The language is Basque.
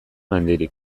handirik